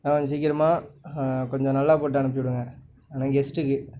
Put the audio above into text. ஆ கொஞ்சம் சீக்கிரமாக கொஞ்சம் நல்லா போட்டு அனுப்பி விடுங்க ஏனால் கெஸ்ட்டுக்கு